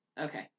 Okay